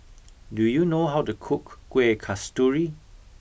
do you know how to cook kueh kasturi